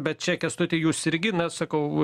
bet čia kęstuti jūs irgi na sakau